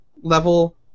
level